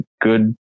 good